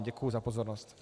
Děkuji za pozornost.